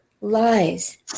lies